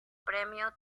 premio